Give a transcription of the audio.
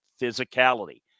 physicality